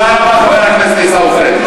תודה רבה, חבר הכנסת עיסאווי פריג'.